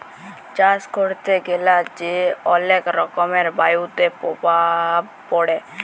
চাষ ক্যরতে গ্যালা যে অলেক রকমের বায়ুতে প্রভাব পরে